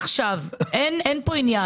אין פה עניין.